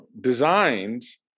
designs